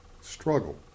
struggle